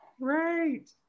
right